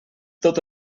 tot